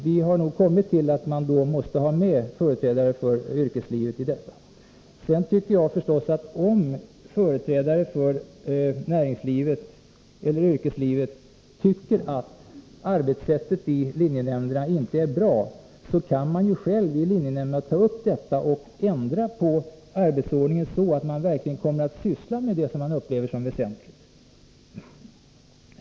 Vi har kommit till att man då måste ha med företrädare för yrkeslivet i linjenämnderna. Om företrädare för näringslivet eller yrkeslivet tycker att arbetssättet i linjenämnderna inte är bra, kan man själv i linjenämnderna ta upp detta och ändra på arbetsordningen, så att man verkligen kommer att syssla med det som man upplever som väsentligt.